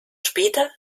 später